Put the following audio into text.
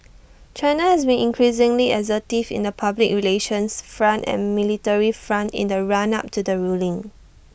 China has been increasingly assertive in the public relations front and military front in the run up to the ruling